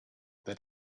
that